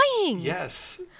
Yes